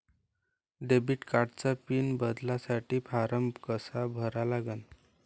Debit कार्डचा pin बदलासाठी form कसा भरा लागन?